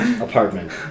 apartment